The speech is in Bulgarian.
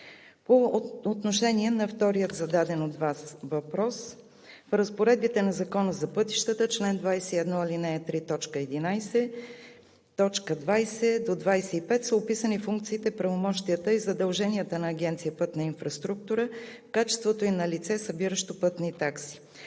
По отношение на втория зададен от Вас въпрос. В разпоредбите на Закона за пътищата в чл. 21, ал. 3, т. 11, т. 20 до 25 са описани функциите, правомощията и задълженията на Агенция „Пътна инфраструктура“ в качеството ѝ на лице, събиращо пътни такси.